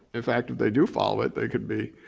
in fact, if they do follow it, they could be